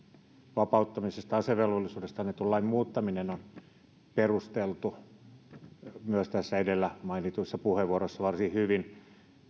vapauttamisesta asevelvollisuudesta annetun lain muuttaminen on perusteltua ja sitä on myös tässä edellä pidetyissä puheenvuoroissa varsin hyvin